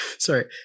Sorry